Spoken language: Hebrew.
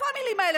איפה המילים האלה.